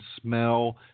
smell